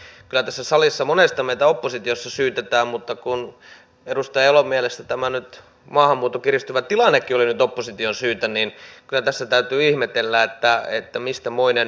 kyllä tässä salissa monesti meitä oppositiossa syytetään mutta kun edustaja elon mielestä tämä maahanmuuton kiristyvä tilannekin oli nyt opposition syytä niin kyllä tässä täytyy ihmetellä että mistä moinen syytös